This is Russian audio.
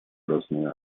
ужасные